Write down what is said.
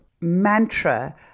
mantra